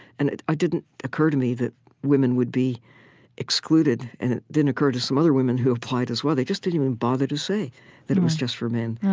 and it didn't occur to me that women would be excluded, and it didn't occur to some other women who applied, as well. they just didn't even bother to say that it was just for men.